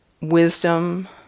wisdom